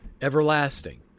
everlasting